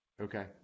Okay